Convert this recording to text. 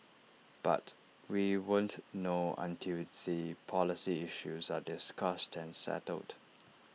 but we won't know until the policy issues are discussed and settled